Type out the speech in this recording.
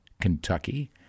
Kentucky